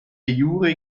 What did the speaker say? jure